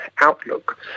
outlook